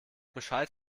bescheid